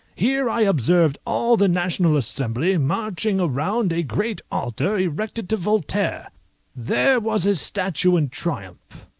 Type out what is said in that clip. here i observed all the national assembly marching round a great altar erected to voltaire there was his statue in triumph,